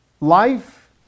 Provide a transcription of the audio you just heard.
life